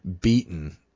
beaten